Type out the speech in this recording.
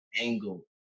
angle